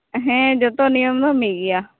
ᱦᱮᱸ ᱡᱚᱛᱚ ᱱᱤᱭᱚᱢ ᱫᱚ ᱢᱤᱫ ᱜᱮᱭᱟ